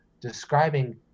describing